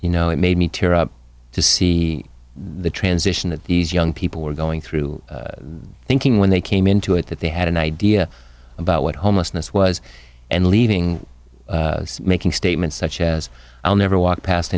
you know it made me tear up to see the transition that these young people were going through thinking when they came into it that they had an idea about what homelessness was and leaving making statements such as i'll never walk past